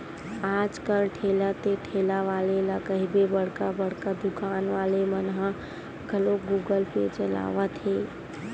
आज कल ठेला ते ठेला वाले ला कहिबे बड़का बड़का दुकान वाले मन ह घलोक गुगल पे चलावत हे